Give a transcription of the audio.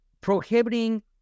prohibiting